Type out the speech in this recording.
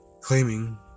claiming